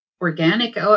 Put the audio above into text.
organic